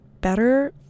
better